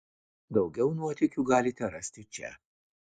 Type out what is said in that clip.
daugiau nuotykių galite rasti čia